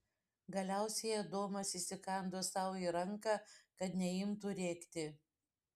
galiausiai adomas įsikando sau į ranką kad neimtų rėkti